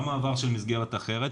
גם מעבר של מסגרת אחרת,